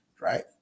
Right